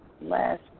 last